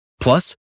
plus